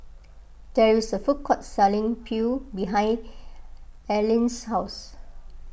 there is a food court selling Pho behind Arline's house